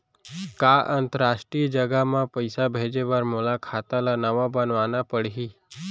का अंतरराष्ट्रीय जगह म पइसा भेजे बर मोला खाता ल नवा बनवाना पड़ही?